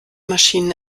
maschinen